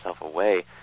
away